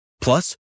Plus